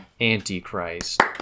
Antichrist